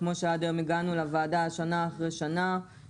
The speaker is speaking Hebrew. כמו שעד היום הגענו לוועדה שנה אחרי שנה,